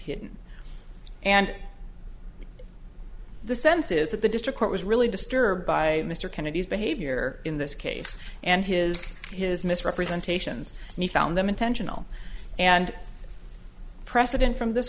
hidden and the sense is that the district court was really disturbed by mr kennedy's behavior in this case and his his misrepresentations and he found them intentional and precedent from this